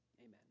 Amen